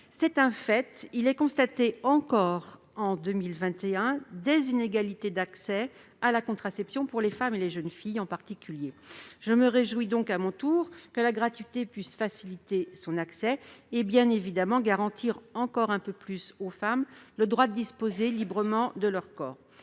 C'est un fait, en 2021, on constate encore des inégalités dans l'accès à la contraception pour les femmes et les jeunes filles en particulier. Je me réjouis donc à mon tour que l'on puisse faciliter cet accès grâce à la gratuité et garantir encore un peu plus aux femmes le droit de disposer librement de leur corps.